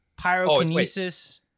Pyrokinesis